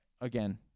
again